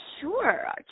sure